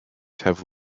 have